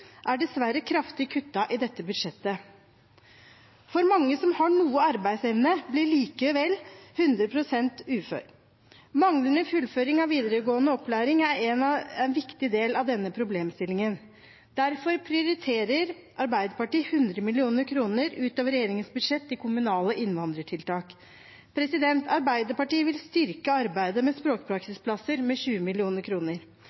er dessverre kraftig kuttet i dette budsjettet. Mange som har noe arbeidsevne, blir likevel 100 pst. uføre. Manglende fullføring av videregående opplæring er en viktig del av denne problemstillingen. Arbeiderpartiet prioriterer 100 mill. kr utover regjeringens budsjett til kommunale innvandrertiltak. Arbeiderpartiet vil styrke arbeidet med